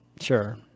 sure